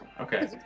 okay